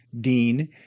Dean